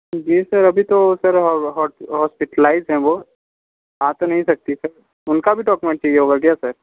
जी sir अभी तो sir हो हॉस्पिटलाइज्ड हैं वो आ तो नहीं सकतीं सर उनका भी डॉक्यूमेंट चाहिए होगा क्या सर